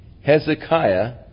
Hezekiah